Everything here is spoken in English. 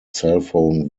cellphone